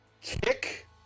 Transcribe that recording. kick